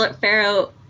Pharaoh –